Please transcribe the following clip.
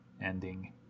ending